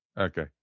Okay